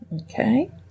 Okay